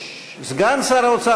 סגן שר האוצר,